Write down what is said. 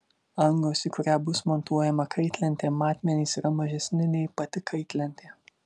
angos į kurią bus montuojama kaitlentė matmenys yra mažesni nei pati kaitlentė